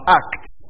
acts